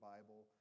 Bible